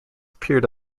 appeared